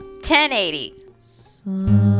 1080